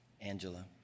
Angela